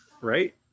right